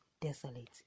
desolate